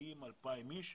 מגיעים 2,000 אנשים,